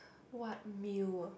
what meal ah